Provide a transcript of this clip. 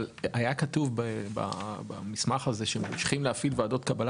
אבל היה כתוב במסמך הזה שממשיכים להפעיל ועדות קבלה